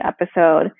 episode